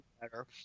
better